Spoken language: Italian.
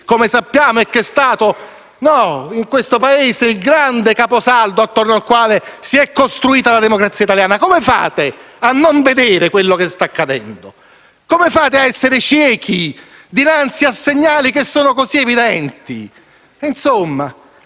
sacrifici e che in questo Paese è stato il grande caposaldo attorno al quale si è costruita la democrazia italiana? Come fate a non vedere quello che sta accadendo? Come fate a essere ciechi dinanzi a segnali così evidenti? Insomma,